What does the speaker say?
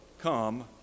come